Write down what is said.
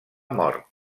mort